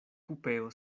kupeo